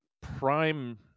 prime